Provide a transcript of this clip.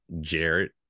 Jarrett